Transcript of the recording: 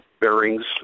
bearings